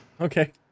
Okay